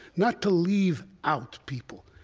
not to leave out people.